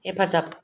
हेफाजाब